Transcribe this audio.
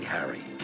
Harry